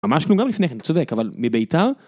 ממש כאילו גם לפני כן, צודק, אבל מביתר...